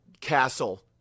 castle